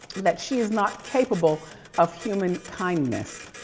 that she's not capable of human kindness.